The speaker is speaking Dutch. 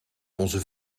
onze